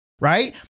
right